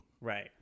Right